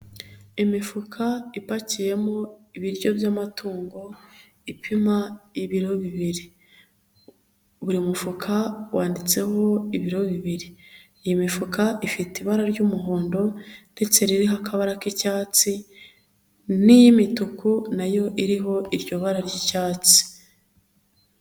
Imifuka ipakiyemo ibiryo by'amatungo ipima ibiro bibiri, buri mufuka wanditseho ibiro bibiri, iyi mifuka ifite ibara ry'umuhondo ndetse ririho akabara k'icyatsi n'iy'imituku nayo iriho iryo bara ry'icyatsi.